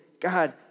God